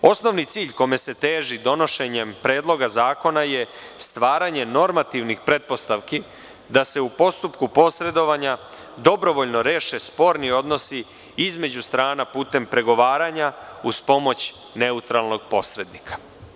Osnovni cilj kome se teži donošenjem Predloga zakona je stvaranje normativnih pretpostavki da se u postupku posredovanja dobrovoljno reše sporni odnosi između strana putem pregovaranja, uz pomoć neutralnog posrednika.